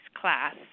class